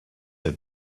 had